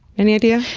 any idea?